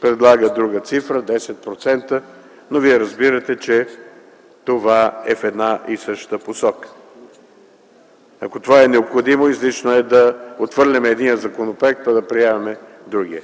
предлага друга цифра – 10%. Но вие разбирате, че това е в една и съща посока. Ако това е необходимо, излишно е да отхвърляме единия законопроекта, а да приемем другия.